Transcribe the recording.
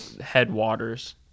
headwaters